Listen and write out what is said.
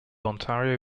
ontario